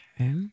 Okay